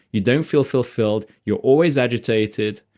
you don't feel fulfilled. you're always agitated.